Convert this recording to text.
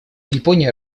япония